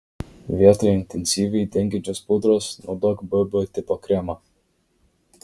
vietoje intensyviai dengiančios pudros naudok bb tipo kremą